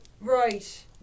Right